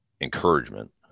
encouragement